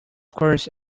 course